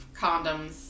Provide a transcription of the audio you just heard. condoms